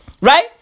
right